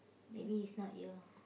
maybe it's not your